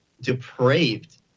depraved